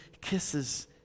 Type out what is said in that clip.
kisses